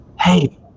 hey